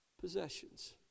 possessions